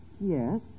Yes